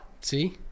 See